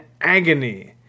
agony